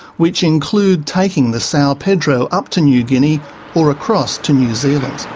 which include taking the sao pedro up to new guinea or across to new zealand.